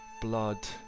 blood